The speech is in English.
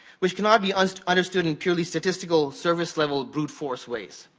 which cannot be and understood in purely statistically, service-level, brut force ways.